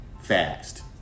fast